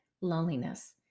loneliness